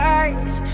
eyes